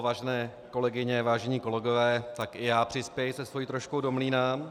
Vážené kolegyně, vážení kolegové, i já přispěji se svou troškou do mlýna.